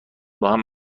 باهم